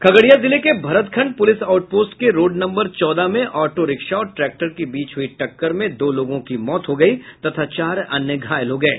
खगड़िया जिले के Bharatkhand police out post के रोड नंबर चौदह में ऑटो रिक्शा और ट्रैक्टर के बीच हुयी टक्कर में दो लोगों की मौत हो गयी तथा चार अन्य घायल हो गये